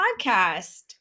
podcast